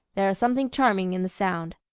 there is something charming in the sound.